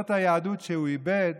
זאת היהדות שהוא איבד,